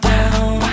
Down